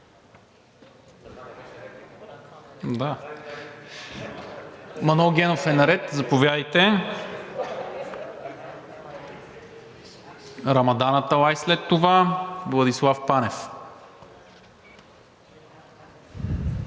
Манол Генов е наред – заповядайте. Рамадан Аталай след това, Владислав Панев.